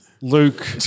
Luke